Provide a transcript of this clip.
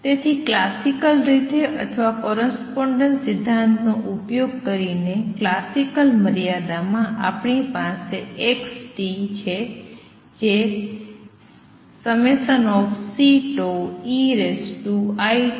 તેથી ક્લાસિકલ રીતે અથવા કોરસ્પોંડેન્સ સિદ્ધાંતનો ઉપયોગ કરીને ક્લાસિકલ મર્યાદામાં આપણી પાસે x છે જે ∑Ceiτωnt બરાબર છે